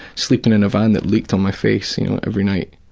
sleeping in a van that leaked on my face you know every night.